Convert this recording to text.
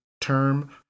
term